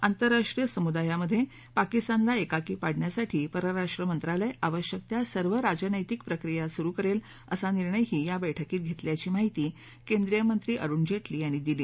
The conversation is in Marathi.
आंतरराष्ट्रीय समुदायामध्ये पाकिस्तानला एकाकी पाडण्यासाठी परराष्ट्र मंत्रालय आवश्यक त्या सर्व राजनैतिक प्रक्रिया सुरू करेल असा निर्णयही या बैठकीत घेतल्याची माहिती केंद्रीय मंत्री अरुण जेटली यांनी दिली